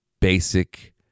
basic